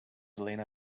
lena